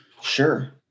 Sure